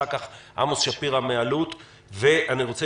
אחר כך עמוס שפירא מאלו"ט ואז אני רוצה